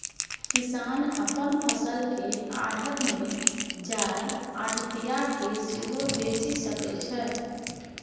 किसान अपन फसल केँ आढ़त मे जाए आढ़तिया केँ सेहो बेचि सकै छै